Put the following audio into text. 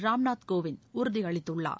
ராம் நாத் கோவிந்த் உறுதி அளித்துள்ளார்